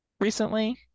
recently